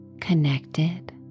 connected